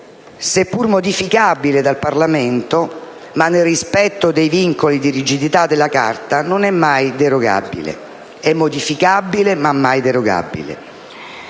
seppur modificabile dal Parlamento nel rispetto dei vincoli di rigidità della Carta, non è mai derogabile: è modificabile, ma mai derogabile.